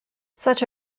such